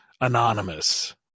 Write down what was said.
anonymous